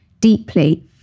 deeply